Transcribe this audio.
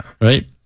Right